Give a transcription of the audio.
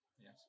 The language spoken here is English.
yes